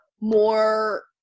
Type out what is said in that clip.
more